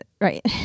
Right